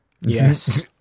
Yes